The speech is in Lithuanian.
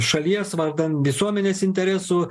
šalies vardan visuomenės interesų